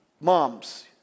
Moms